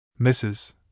Mrs